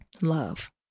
love